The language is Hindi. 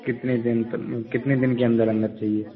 कितने दिन तक में कितने दिन के अंदर अंदर चाहिए